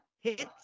hits